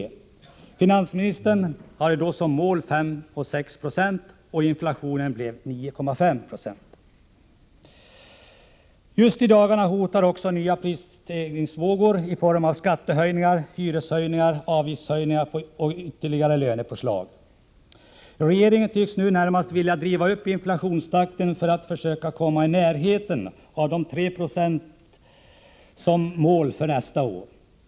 Finansministern hade då som mål 5-6 96, Just i dagarna hotar också nya prisstegringsvågor i form av skattehöjningar, hyreshöjningar, avgiftshöjningar och ytterligare lönepåslag. Regeringen tycks nu närmast vilja driva upp inflationstakten för att försöka komma i närheten av de 3 20 som är målet för nästa år.